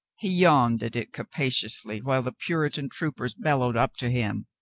he yawned at it capaciously while the puritan troopers bellowed up to him.